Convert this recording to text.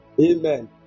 Amen